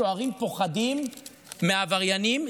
סוהרים פוחדים מהעבריינים,